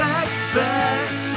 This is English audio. expect